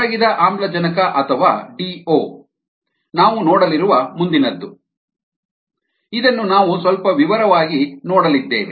ಕರಗಿದ ಆಮ್ಲಜನಕ ಅಥವಾ ಡಿಒ ನಾವು ನೋಡಲಿರುವ ಮುಂದಿನದ್ದು ಇದನ್ನು ನಾವು ಸ್ವಲ್ಪ ವಿವರವಾಗಿ ನೋಡಲಿದ್ದೇವೆ